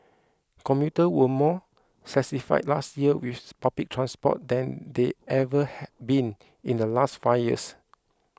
commuters were more satisfied last year with public transport than they ever had been in the last five years